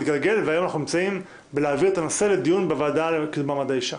והיום אנחנו נמצאים בלהעביר את הנושא לדיון בוועדה לקידום מעמד האישה.